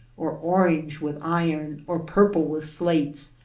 or orange with iron, or purple with slates,